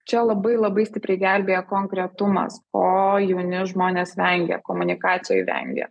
čia labai labai stipriai gelbėja konkretumas o jauni žmonės vengia komunikacijoj vengia